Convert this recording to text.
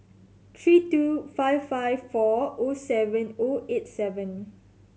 three two five five four O seven O eight seven